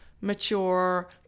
mature